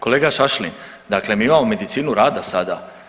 Kolega Šašlin, dakle mi imamo medicinu rada sada.